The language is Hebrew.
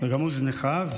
וגם הוזנחה.